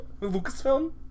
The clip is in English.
Lucasfilm